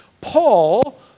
Paul